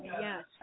Yes